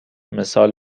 مثال